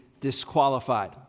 disqualified